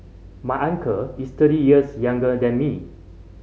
my uncle is thirty years younger than me